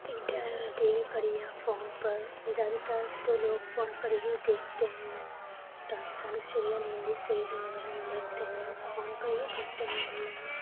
inter T V پر یا phone پر زیادہ تر تو لوگ فون پر ہی دیکھتے ہیں پاکستانی سیریل ہندی سیریل وغیرہ میں دیکھتے ہیں فون پر ہی دیکھتے ہیں آن لائن